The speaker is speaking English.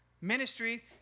Ministry